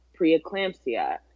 preeclampsia